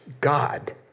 God